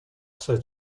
sir